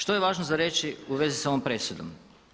Što je važno za reći u vezi sa ovom presudom?